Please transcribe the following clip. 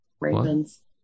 ravens